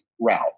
route